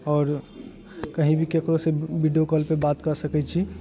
आओर कही भी ककरोसंँ वीडियो कॉल पे बात कऽ सकैत छी